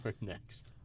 next